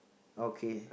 okay